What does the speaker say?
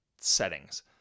settings